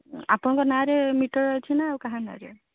ଆପଣଙ୍କ ନାଁରେ ମିଟର ଅଛି ନା ଆଉ କାହା ନାଁରେ